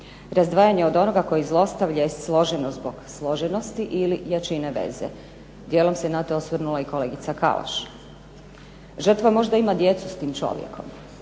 Razdvajanje od onoga koji zlostavlja je složeno zbog složenosti ili jačine veze. Dijelom se na to osvrnula i kolegica Kalaš. Žrtva možda ima djecu s tim čovjekom.